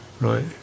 Right